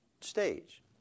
stage